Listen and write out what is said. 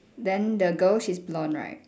then the girls she's blonde right